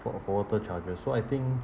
for wa~ for water charges so I think